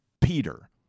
Peter